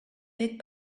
big